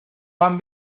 pan